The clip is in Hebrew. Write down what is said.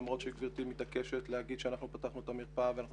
למרות שגברתי מתעקשת לומר שאנחנו פתחנו את המרפאה ואנחנו